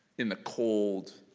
in the cold,